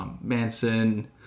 Manson